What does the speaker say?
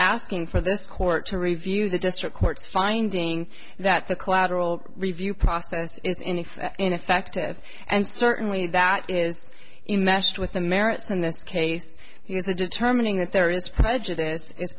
asking for this court to review the district court's finding that the collateral review process ineffective and certainly that is in meshed with the merits in this case is the determining that there is prejudice i